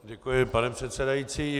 Děkuji, pane předsedající.